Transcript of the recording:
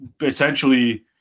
essentially